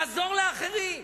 לעזור לאחרים.